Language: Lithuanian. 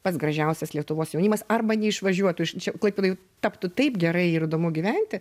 pats gražiausias lietuvos jaunimas arba neišvažiuotų iš čia klaipėdoj taptų taip gerai ir įdomu gyventi